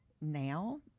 now